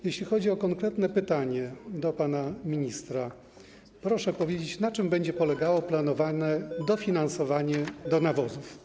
Jeśli chodzi o konkretne pytanie do pana ministra, to proszę powiedzieć, na czym będzie polegało planowane dofinansowanie do nawozów.